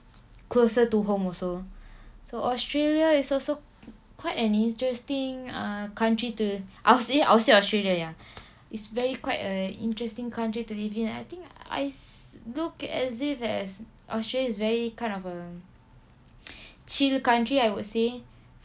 closer to home also so australia is also quite an interesting ah country to I'll say I'll say australia ya it's very quite a interesting country to live in I think I look as if as australia is very kind of a chill country I would say